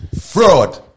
Fraud